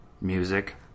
Music